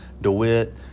DeWitt